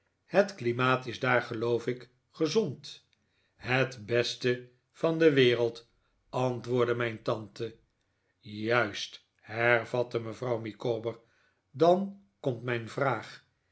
het klimaat is daar geloof ik gezond het beste van de wereld antwoordde mijn tante juist hervatte mevrouw micawber dan komt mijn vraag